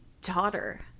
daughter